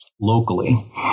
locally